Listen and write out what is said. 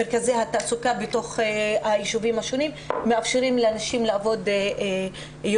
מרכזי התעסוקה בתוך הישובים השונים מאפשרים לנשים לעבוד יותר.